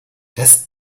das